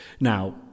Now